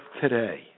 today